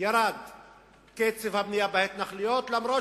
קצב הבנייה בהתנחלויות ירד,